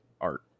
art